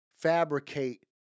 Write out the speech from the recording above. fabricate